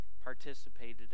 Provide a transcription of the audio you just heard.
participated